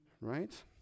Right